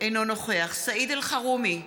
אינו נוכח סעיד אלחרומי,